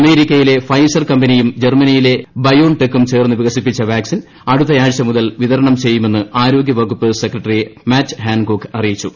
അമേരിക്കയിലെ അഫൈസർ കമ്പനിയും ജർമനിയിലെ ബയോൺ ടെക്കും ചേർന്ന് വികസിപ്പിച്ച വാക്സിൻ അടുത്തയാഴ്ച മുതൽപ്പിച്ചിതരണം ചെയ്യുമെന്ന് ആരോഗ്യവകുപ്പ് സെക്രട്ടറി മാറ്റ് ് ഹാൻകോക്ക് അറിയിച്ചു